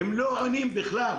הם לא עונים בכלל.